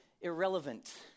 irrelevant